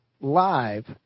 live